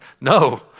No